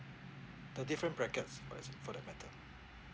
the different brackets for as for that matter